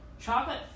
Chocolate